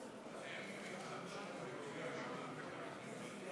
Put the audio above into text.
38 חברי כנסת, 46,